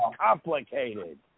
complicated